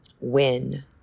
win